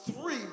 three